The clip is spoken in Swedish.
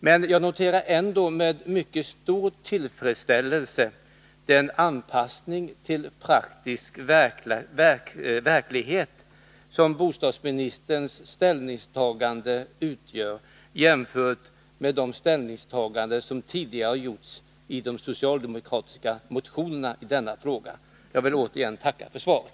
Men jag noterar ändå med mycket stor tillfredsställelse den anpassning till praktisk verklighet som bostadsministerns ställningstagande utgör, jämfört med de ställningstaganden som tidigare gjorts i de socialdemokratiska motionerna i denna fråga. Jag vill återigen tacka för svaret.